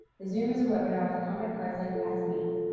the zoom is a webinar with comment cards like past meetings.